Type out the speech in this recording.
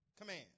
command